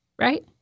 right